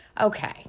okay